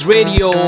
Radio